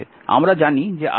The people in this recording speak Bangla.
আমরা জানি যে idqdt